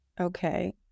okay